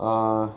err